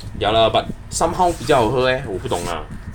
ya lah but somehow 比较好喝 eh 我不懂 lah